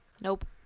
nope